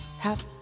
Half